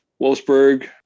Wolfsburg